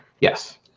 Yes